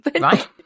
right